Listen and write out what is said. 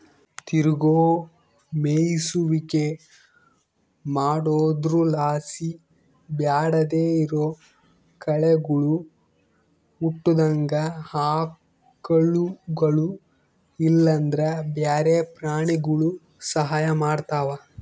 ತಿರುಗೋ ಮೇಯಿಸುವಿಕೆ ಮಾಡೊದ್ರುಲಾಸಿ ಬ್ಯಾಡದೇ ಇರೋ ಕಳೆಗುಳು ಹುಟ್ಟುದಂಗ ಆಕಳುಗುಳು ಇಲ್ಲಂದ್ರ ಬ್ಯಾರೆ ಪ್ರಾಣಿಗುಳು ಸಹಾಯ ಮಾಡ್ತವ